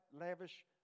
lavish